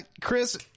Chris